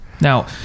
now